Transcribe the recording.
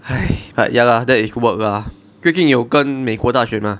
!hais! but ya lah that is work lah 最近有跟美国大选 mah